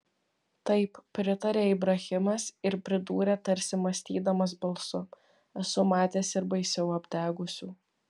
taip pritarė ibrahimas ir pridūrė tarsi mąstydamas balsu esu matęs ir baisiau apdegusių